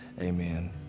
amen